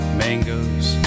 mangoes